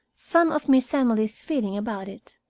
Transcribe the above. some of miss emily's feeling about it,